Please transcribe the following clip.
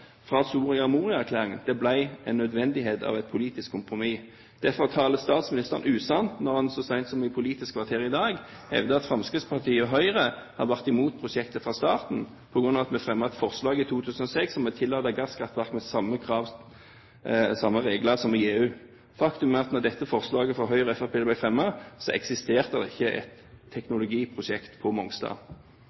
Det ble en nødvendighet av et politisk kompromiss. Derfor taler statsministeren usant når han så sent som i Politisk kvarter i dag, hevder at Fremskrittspartiet og Høyre har vært imot prosjektet fra starten av på grunn av at vi fremmet et forslag i 2006 om å tillate gasskraftverk med samme regler som i EU. Faktum er at da dette forslaget fra Høyre og Fremskrittspartiet ble fremmet, eksisterte det ikke et teknologiprosjekt på Mongstad.